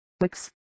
Wix